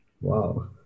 Wow